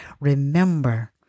remember